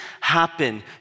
happen